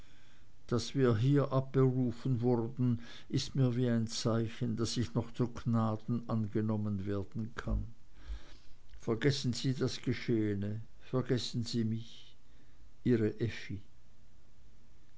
daß wir hier abberufen wurden ist mir wie ein zeichen daß ich noch zu gnaden angenommen werden kann vergessen sie das geschehene vergessen sie mich ihre effi